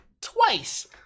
twice